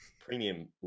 premium